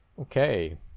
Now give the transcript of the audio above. Okay